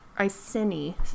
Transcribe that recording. Iceni